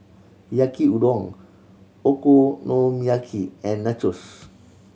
Yaki Udon Okonomiyaki and Nachos